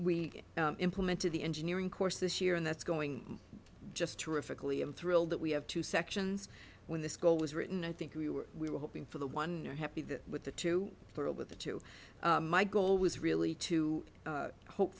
we implemented the engineering course this year and that's going just terrifically i'm thrilled that we have two sections when the skull was written i think we were we were hoping for the one you're happy with the two for with the two my goal was really to hope